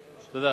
תודה.